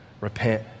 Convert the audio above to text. Repent